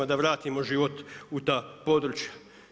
Da vratimo život u ta područja.